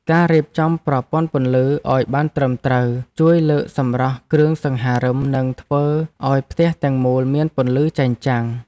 ការរៀបចំប្រព័ន្ធពន្លឺឱ្យបានត្រឹមត្រូវជួយលើកសម្រស់គ្រឿងសង្ហារិមនិងធ្វើឱ្យផ្ទះទាំងមូលមានពន្លឺចែងចាំង។